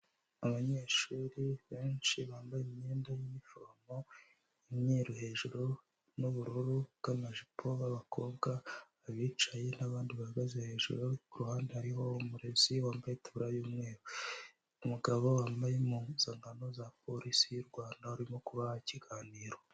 Abanyeshuri benshi bambaye imyenda y'inifomo imyeru hejuru n'ubururu bw'amajipo y'abakobwa abicaye n'abandi bahagaze hejuru ku ruhande hariho umurezi wambaye itaburiya y'umweru. Umugabo wambaye impazangano za polisi y'u Rwanda urimo kubaha ikiganiro.